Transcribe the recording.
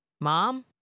Mom